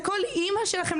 לכל אמא שלכם,